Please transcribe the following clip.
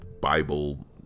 Bible